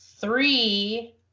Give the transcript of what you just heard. three